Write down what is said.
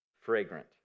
fragrant